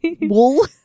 wool